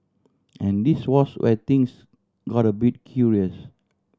and this was where things got a bit curious